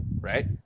right